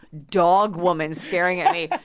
dog woman staring at me?